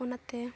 ᱚᱱᱟᱛᱮ